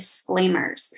disclaimers